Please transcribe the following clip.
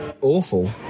awful